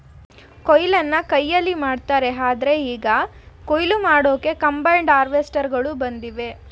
ಕೊಯ್ಲನ್ನ ಕೈಯಲ್ಲಿ ಮಾಡ್ತಾರೆ ಆದ್ರೆ ಈಗ ಕುಯ್ಲು ಮಾಡೋಕೆ ಕಂಬೈನ್ಡ್ ಹಾರ್ವೆಸ್ಟರ್ಗಳು ಬಂದಿವೆ